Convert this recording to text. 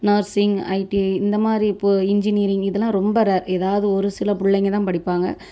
nursing ITI இந்த மாதிரி இப்போது இன்ஜினியரிங் இதலாம் ரொம்ப ரேர் எதாவது ஒரு சில பிள்ளைங்க தான் படிப்பாங்க